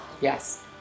Yes